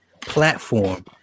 platform